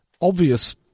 obvious